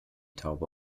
taube